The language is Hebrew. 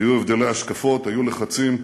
היו הבדלי השקפות, היו לחצים.